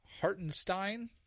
Hartenstein